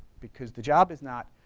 because the job is not